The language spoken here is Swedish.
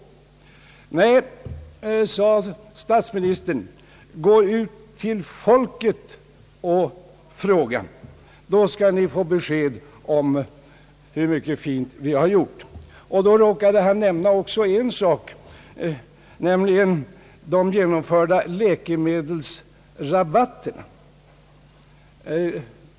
»Nej», sade statsministern, »gå ut till folket och fråga — då skall ni få besked om hur mycket fint vi har gjort!» Då råkade han också nämna en sak, nämligen de genomförda läkemedelsrabatterna.